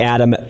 Adam